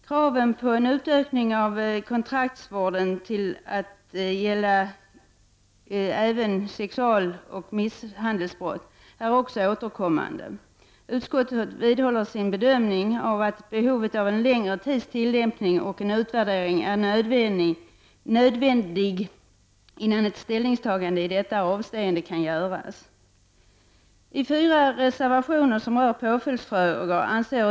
Kraven på en utökning av kontraktsvården till att gälla även sexualoch misshandelsbrott är också återkommande. Utskottet vidhåller sin bedömning att en längre tids tillämpning och en utvärdering är nödvändiga innan ett ställningstagande i detta avseende kan göras. I fyra reservationer berörs påföljdsfrågor.